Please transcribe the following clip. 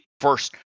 First